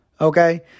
Okay